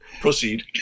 proceed